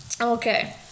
Okay